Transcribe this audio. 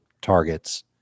targets